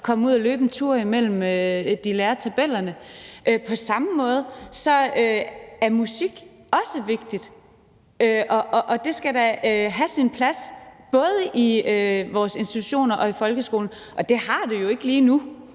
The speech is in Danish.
komme ud og løbe en tur, indimellem at de lærer tabellerne. På samme måde er musik også vigtigt, og det skal da have sin plads, både i vores institutioner og i folkeskolen, og det har det jo ikke lige nu.